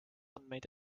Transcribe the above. andmeid